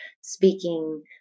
speaking